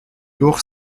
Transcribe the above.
durch